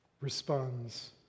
responds